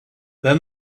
then